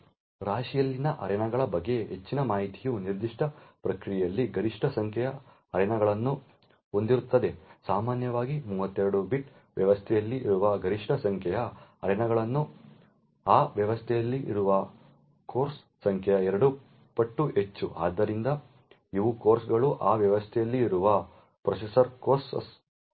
ರಾಶಿಯಲ್ಲಿನ ಅರೆನಾಗಳ ಬಗ್ಗೆ ಹೆಚ್ಚಿನ ಮಾಹಿತಿಯು ನಿರ್ದಿಷ್ಟ ಪ್ರಕ್ರಿಯೆಯಲ್ಲಿ ಗರಿಷ್ಠ ಸಂಖ್ಯೆಯ ಅರೆನಾಗಳನ್ನು ಹೊಂದಿರುತ್ತದೆ ಸಾಮಾನ್ಯವಾಗಿ 32 ಬಿಟ್ ವ್ಯವಸ್ಥೆಯಲ್ಲಿ ಇರುವ ಗರಿಷ್ಠ ಸಂಖ್ಯೆಯ ಅರೆನಾಗಳು ಆ ವ್ಯವಸ್ಥೆಯಲ್ಲಿ ಇರುವ ಕೋರ್ಗಳ ಸಂಖ್ಯೆಯ 2 ಪಟ್ಟು ಹೆಚ್ಚು ಆದ್ದರಿಂದ ಇವು ಕೋರ್ಗಳು ಆ ವ್ಯವಸ್ಥೆಯಲ್ಲಿ ಇರುವ ಪ್ರೊಸೆಸರ್ ಕೋರ್ಗಳಾಗಿವೆ